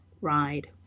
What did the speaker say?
ride